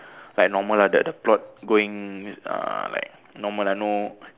like normal ah the the plot going uh like normal ah no